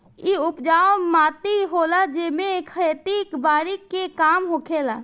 इ उपजाऊ माटी होला जेमे खेती बारी के काम होखेला